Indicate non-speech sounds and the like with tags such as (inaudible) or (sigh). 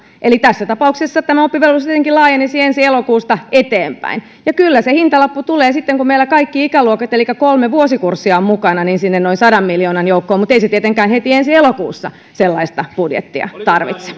eli tässä tapauksessa tämä oppivelvollisuus tietenkin laajenisi ensi elokuusta eteenpäin ja kyllä se hintalappu tulee sitten kun meillä kaikki ikäluokat elikkä kolme vuosikurssia ovat mukana sinne noin sadan miljoonan joukkoon mutta ei se tietenkään heti ensi elokuussa sellaista budjettia tarvitse (unintelligible)